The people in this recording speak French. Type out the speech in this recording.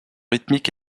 rythmique